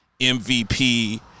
MVP